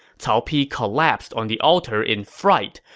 cao pi collapsed on the altar in fright.